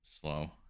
slow